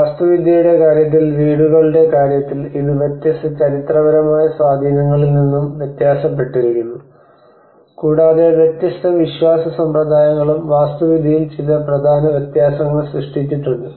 വാസ്തുവിദ്യയുടെ കാര്യത്തിൽ വീടുകളുടെ കാര്യത്തിൽ ഇത് വ്യത്യസ്ത ചരിത്രപരമായ സ്വാധീനങ്ങളിൽ നിന്നും വ്യത്യാസപ്പെട്ടിരിക്കുന്നു കൂടാതെ വ്യത്യസ്ത വിശ്വാസ സമ്പ്രദായങ്ങളും വാസ്തുവിദ്യയിൽ ചില പ്രധാന വ്യത്യാസങ്ങൾ സൃഷ്ടിച്ചിട്ടുണ്ട്